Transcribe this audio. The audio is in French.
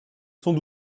sans